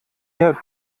ihr